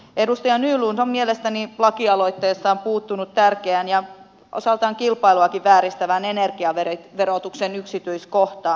edustaja nylund on mielestäni lakialoitteessaan puuttunut tärkeään ja osaltaan kilpailuakin vääristävään energiaverotuksen yksityiskohtaan